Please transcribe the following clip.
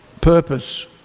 purpose